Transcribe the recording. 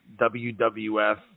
WWF